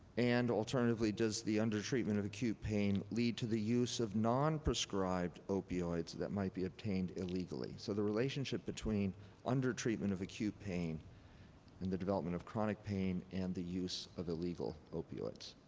and alternatively, does the undertreatment of acute pain lead to the use of non-prescribed opioids that might be obtained illegally? so, the relationship between undertreatment of acute pain and the development of chronic pain and the use of illegal opioids.